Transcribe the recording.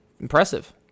Impressive